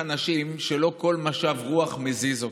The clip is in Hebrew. צריך אנשים שלא כל משב רוח מזיז אותם.